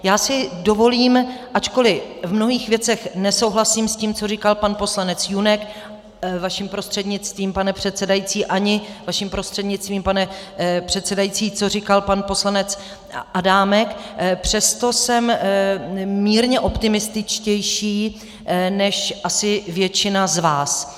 Já si dovolím, ačkoliv v mnohých věcech nesouhlasím s tím, co říkal pan poslanec Junek vaším prostřednictvím, pane předsedající, ani vaším prostřednictvím, pane předsedající, co říkal pan poslanec Adámek, přesto jsem mírně optimističtější než asi většina z vás.